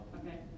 okay